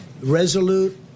resolute